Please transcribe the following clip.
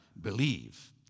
believe